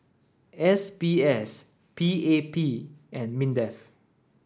S B S P A P and MINDEF